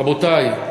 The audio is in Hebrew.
רבותי,